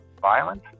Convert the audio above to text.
violence